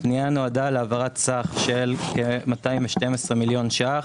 הפנייה נועדה להעברת סך של כ-212 מיליון ₪,